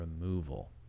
removal